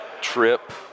trip